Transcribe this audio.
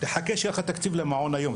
תחכה שיהיה לך תקציב למעון היום,